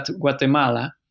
Guatemala